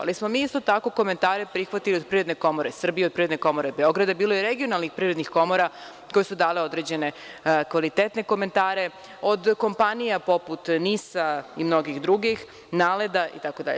Ali, smo mi isto tako komentare prihvatili od Privredne komore Srbije, od Privredne komore Beograd, i bilo je regionalnih privrednih komora koje su dale određene kvalitetne komentare, od kompanija poput NIS-a i mnogih drugih, NALED-a, itd.